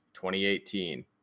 2018